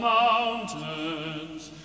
mountains